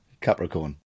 Capricorn